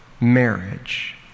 marriage